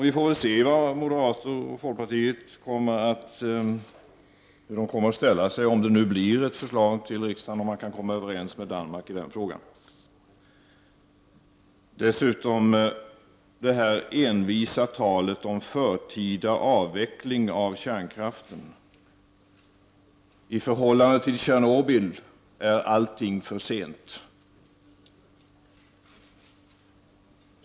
Vi får väl se hur moderaterna och folkpartiet kommer att ställa sig, om det nu blir ett förslag till riksdagen och man kan komma överens med Danmark i den frågan. Dessutom finns det anledning att kommentera det envisa talet om förtida avveckling av kärnkraften. I förhållande till Tjernobyl är allting för sent.